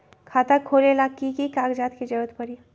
खाता खोले ला कि कि कागजात के जरूरत परी?